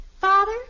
Father